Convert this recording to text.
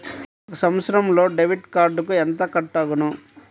ఒక సంవత్సరంలో డెబిట్ కార్డుకు ఎంత కట్ అగును?